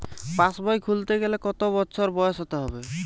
পাশবই খুলতে গেলে কত বছর বয়স হতে হবে?